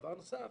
דבר נוסף